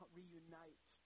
reunite